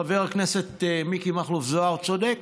חבר הכנסת מיקי מכלוף זוהר צודק,